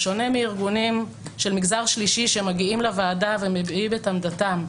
בשונה מארגונים של מגזר שלישי שמגיעים לוועדה ומביעים את עמדתם,